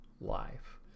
life